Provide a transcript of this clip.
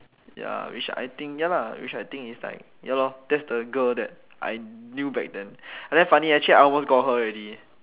ya which I think ya lah which I think it's like ya lor that's the girl that I knew back then but then funny actually I almost got her already